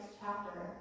chapter